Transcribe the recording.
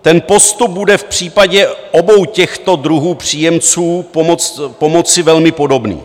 Ten postup bude v případě obou těchto druhů příjemců pomoci velmi podobný.